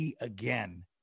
again